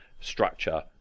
structure